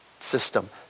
system